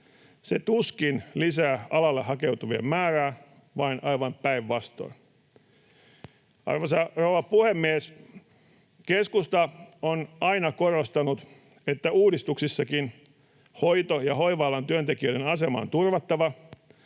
se tuskin lisää alalle hakeutuvien määrää, vaan aivan päinvastoin. Arvoisa rouva puhemies! Keskusta on aina korostanut, että uudistuksissakin hoito- ja hoiva-alan työntekijöiden asema on turvattava.